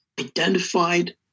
identified